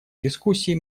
дискуссий